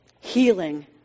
Healing